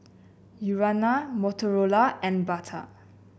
Urana Motorola and Bata